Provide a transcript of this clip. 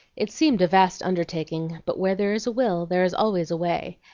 it seemed a vast undertaking but where there is a will there is always a way,